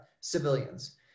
civilians